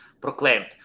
proclaimed